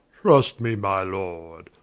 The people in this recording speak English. trust me, my lord,